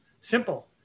Simple